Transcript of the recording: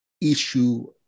issue